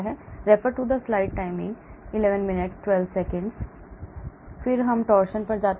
E ∑ ki θ θo2 E ∑ ki θ θo2 ∑ k'i θ θo3 ∑ k"i θ θo4 फिर हम torsion पर जाते हैं